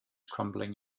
crumbling